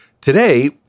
Today